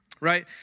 right